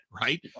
right